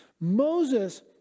Moses